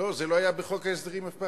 לא, זה לא היה בחוק ההסדרים אף פעם.